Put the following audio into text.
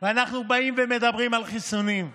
אנחנו באים ומדברים על חיסונים,